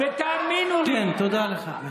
תודה לך.